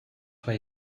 where